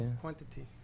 quantity